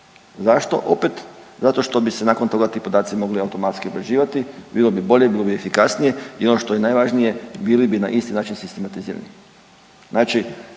Zašto? Opet zato što bi se nakon toga ti podaci mogli automatski obrađivati. Bilo bi bolje, bilo bi efikasnije i ono što je najvažnije bili bi na isti način sistematizirani.